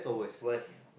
worse